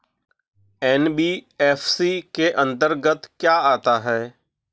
NBFC के अंतर्गत क्या आता है?